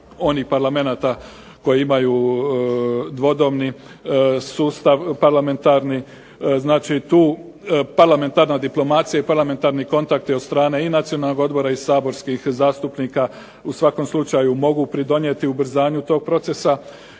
onih parlamenata koji imaju dvodomni sustav parlamentarni. Znači tu parlamentarna diplomacija i parlamentarni kontakti od strane i Nacionalnog odbora i saborskih zastupnika u svakom slučaju mogu pridonijeti ubrzanju tog procesa.